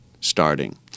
starting